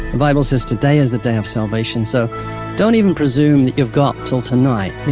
the bible says, today is the day of salvation, so don't even presume that you've got til tonight, you